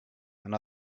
and